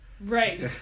Right